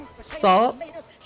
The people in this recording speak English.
salt